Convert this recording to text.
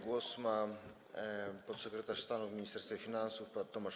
Głos ma podsekretarz stanu w Ministerstwie Finansów Tomasz